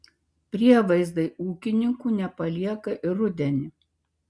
prievaizdai ūkininkų nepalieka ir rudenį